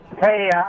Hey